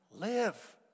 live